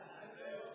הוא חיכה לזה.